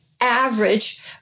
average